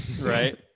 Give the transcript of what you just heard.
Right